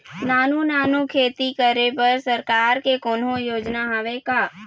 नानू नानू खेती करे बर सरकार के कोन्हो योजना हावे का?